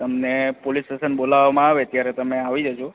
તમને police station બોલવામાં આવે ત્યારે તમે આવી જજો